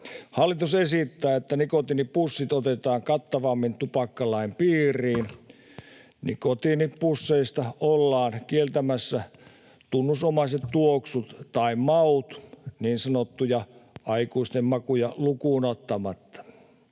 Hallitus esittää, että nikotiinipussit otetaan kattavammin tupakkalain piiriin. Nikotiinipusseista ollaan kieltämässä tunnusomaiset tuoksut tai maut niin sanottuja aikuisten makuja lukuun ottamatta.